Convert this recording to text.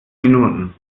minuten